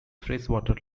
freshwater